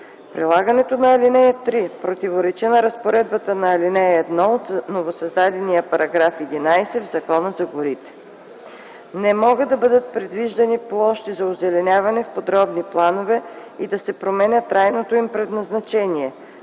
Прилагането на ал. 3 противоречи на разпоредбата на ал. 1 от новосъздадения § 11 в Закона за горите. Не могат да бъдат предвиждани площи за озеленяване в подробни планове и да се променя трайното им предназначение –